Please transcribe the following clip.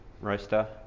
roaster